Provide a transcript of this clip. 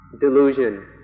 delusion